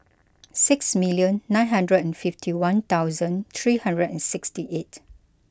six million nine hundred and fifty one thousand three hundred and sixty eight